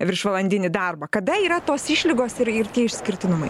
viršvalandinį darbą kada yra tos išlygos ir ir tie išskirtinumai